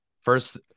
first